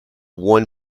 one